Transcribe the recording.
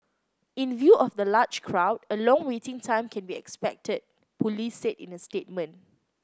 in view of the large crowd a long waiting time can be expected police said in a statement